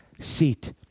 seat